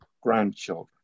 grandchildren